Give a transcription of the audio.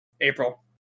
April